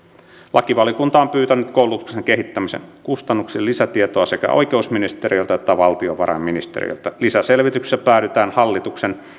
lakivaliokunta on pyytänyt koulutuksen kehittämisen kustannuksista lisätietoa sekä oikeusministeriöltä että valtiovarainministeriöltä lisäselvityksessä päädytään hallituksen